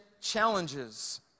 challenges